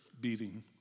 beating